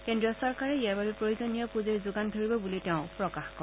কেন্দ্ৰীয় চৰকাৰে ইয়াৰ বাবে প্ৰয়োজনীয় পূজিৰ যোগান ধৰিব বুলিও তেওঁ প্ৰকাশ কৰে